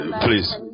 Please